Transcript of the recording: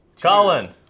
Colin